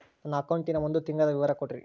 ನನ್ನ ಅಕೌಂಟಿನ ಒಂದು ತಿಂಗಳದ ವಿವರ ಕೊಡ್ರಿ?